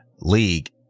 league